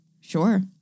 Sure